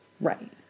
Right